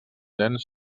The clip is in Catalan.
dens